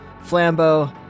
Flambeau